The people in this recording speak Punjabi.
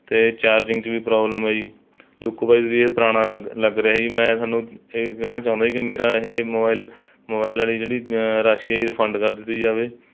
ਅਤੇ ਚਾਰਜਿੰਗ 'ਚ ਵੀ ਪ੍ਰੋਬਲਮ ਹੈ ਜੀ ਲੁੱਕ ਵਾਇਜ਼ ਵੀ ਇਹ ਪੁਰਾਣਾ ਲੱਗ ਲੱਗ ਰਿਹਾ ਜੀ ਮੈਂ ਤੁਹਾਨੂੰ ਇਹ ਕਹਿਣਾ ਚਾਹੁੰਦਾ ਕਿ ਮੇਰਾ ਇਹ ਮੋਬਾਇਲ ਮੋਬਾਇਲ ਵਾਲੀ ਜਿਹੜੀ ਰਾਸ਼ੀ ਹੈ ਜੀ ਰਿਫੰਡ ਕਰ ਦਿੱਤੀ ਜਾਵੇ